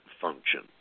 function